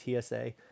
TSA